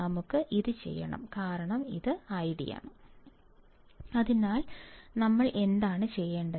നമുക്ക് ഇത് ചെയ്യണം കാരണം ഇത് ഐഡിയാണ് അതിനാൽ ഞങ്ങൾ എന്താണ് ചെയ്യേണ്ടത്